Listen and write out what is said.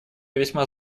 весьма